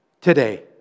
today